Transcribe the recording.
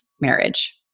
marriage